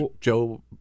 Joe